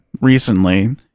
recently